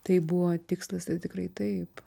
tai buvo tikslas tikrai taip